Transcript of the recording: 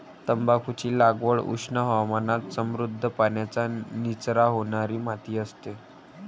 तंबाखूची लागवड उष्ण हवामानात समृद्ध, पाण्याचा निचरा होणारी माती असते